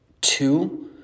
two